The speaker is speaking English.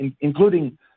including